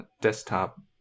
desktop